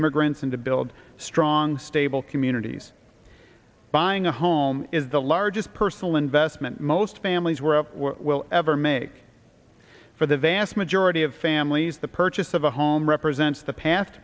immigrants and to build strong stable communities buying a home is the largest personal investment most families were will ever make for the vast majority of families the purchase of a home represents the past